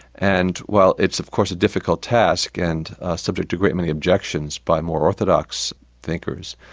and, well, it's of course a difficult task, and subject to great many objections by more orthodox thinkers.